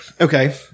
okay